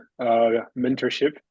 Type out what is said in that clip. mentorship